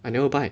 I never buy